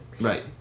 Right